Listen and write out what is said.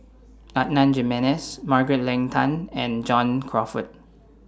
Adan Jimenez Margaret Leng Tan and John Crawfurd